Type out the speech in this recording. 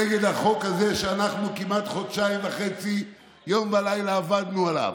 נגד החוק הזה שאנחנו כמעט חודשיים וחצי יום ולילה עבדנו עליו.